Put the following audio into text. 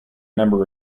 number